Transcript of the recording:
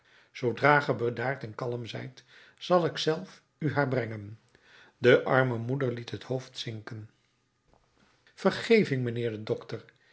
zoodra ge bedaard en kalm zijt zal ik zelf u haar brengen de arme moeder liet het hoofd zinken vergeving mijnheer de dokter